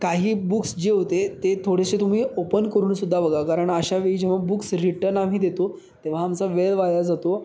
काही बुक्स जे होते ते थोडेसे तुम्ही ओपन करूनसुद्धा बघा कारण अशा वेळी जेव्हा बुक्स रिटर्न आम्ही देतो तेव्हा आमचा वेळ वाया जातो